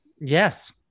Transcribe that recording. Yes